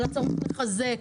על הצורך לחזק,